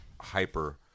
hyper